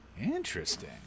Interesting